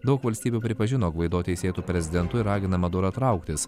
daug valstybių pripažino gvaido teisėtu prezidentu ir ragina madurą trauktis